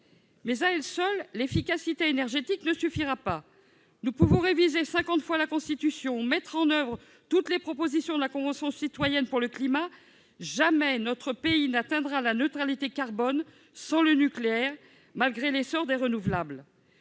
Mais, à elle seule, l'efficacité énergétique ne suffira pas. Nous pouvons réviser cinquante fois la Constitution et mettre en oeuvre toutes les propositions de la Convention citoyenne pour le climat, jamais notre pays n'atteindra la neutralité carbone sans le nucléaire, malgré l'essor des renouvelables.